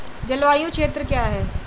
जलवायु क्षेत्र क्या है?